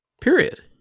Period